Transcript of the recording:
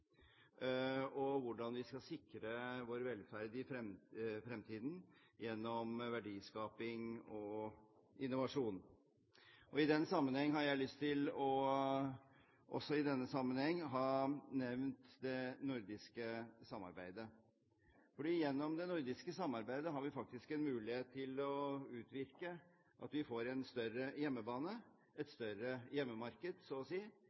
om hvordan vi skal sikre vår velferd i fremtiden gjennom verdiskaping og innovasjon. Jeg lyst til også i denne sammenheng å ha nevnt det nordiske samarbeidet. Gjennom det nordiske samarbeidet har vi faktisk en mulighet til å utvirke at vi får en større hjemmebane – et større hjemmemarked, så å si